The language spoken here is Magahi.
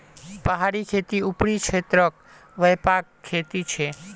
पहाड़ी खेती ऊपरी क्षेत्रत व्यापक खेती छे